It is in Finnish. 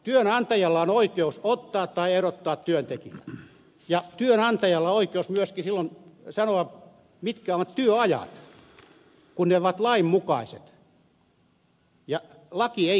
työnantajalla on oikeus ottaa tai erottaa työntekijä ja työnantajalla on oikeus myöskin silloin sanoa mitkä ovat työajat kun ne ovat lainmukaiset ja laki ei kiellä sunnuntaityötä